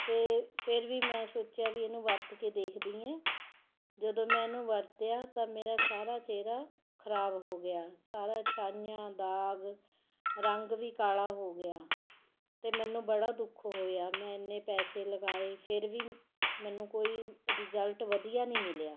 ਅਤੇ ਫਿਰ ਵੀ ਮੈਂ ਸੋਚਿਆ ਵੀ ਇਹਨੂੰ ਵਰਤ ਕੇ ਦੇਖਦੀ ਐਂ ਜਦੋਂ ਮੈਂ ਇਹਨੂੰ ਵਰਤਿਆ ਤਾਂ ਮੇਰਾ ਸਾਰਾ ਚਿਹਰਾ ਖਰਾਬ ਹੋ ਗਿਆ ਸਾਰਾ ਛਾਈਆਂ ਦਾਗ ਰੰਗ ਵੀ ਕਾਲ਼ਾ ਹੋ ਗਿਆ ਅਤੇ ਮੈਨੂੰ ਬੜਾ ਦੁੱਖ ਹੋਇਆ ਮੈਂ ਇੰਨੇ ਪੈਸੇ ਲਗਾਏ ਫਿਰ ਵੀ ਮੈਨੂੰ ਕੋਈ ਰਿਜ਼ਲਟ ਵਧੀਆ ਨਹੀਂ ਮਿਲਿਆ